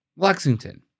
Lexington